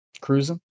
cruising